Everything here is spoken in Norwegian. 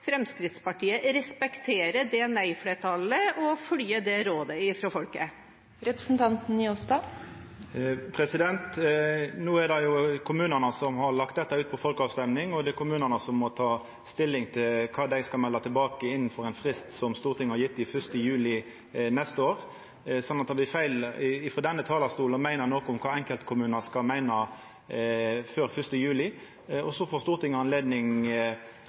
Fremskrittspartiet respektere det nei-flertallet og følge det rådet fra folket? No er det jo kommunane som har lagt dette ut til folkeavstemming, og det er kommunane som må ta stilling til kva dei skal melda tilbake innanfor ein frist som Stortinget har gjeve, som er 1. juli neste år. Så det blir feil frå denne talarstolen å meina noko om kva enkeltkommunar skal meina, før 1. juli. Så får Stortinget anledning